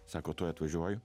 sako tuoj atvažiuoju